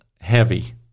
heavy